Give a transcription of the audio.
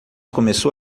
começou